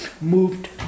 moved